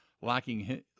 lacking